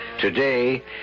Today